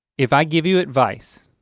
if i give you advice.